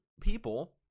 People